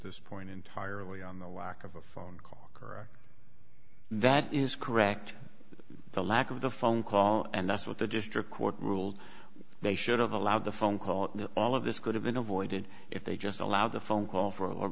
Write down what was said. this point entirely on the lack of a phone call that is correct the lack of the phone call and that's what the district court ruled they should have allowed the phone call all of this could have been avoided if they just allowed a phone call for a